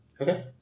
Okay